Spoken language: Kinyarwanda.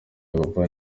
gupfa